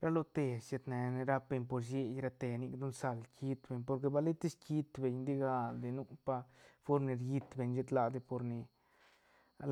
ra lo te sied ne ne rap beñ por SIEI ra te nic don sal kiit beñ porque ba li tis kiit beñ di gal di nu pa form ni riit beñ shet la di por ni